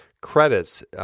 credits—